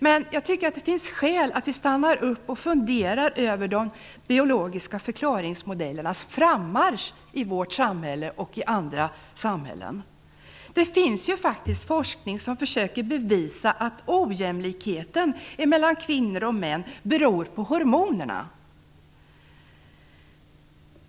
Men jag tycker att det finns skäl att stanna upp och fundera över de biologiska förklaringsmodellernas frammarsch i vårt samhälle och i andra samhällen. Det finns faktiskt forskning som försöker bevisa att ojämlikheten mellan kvinnor och män beror på hormonerna.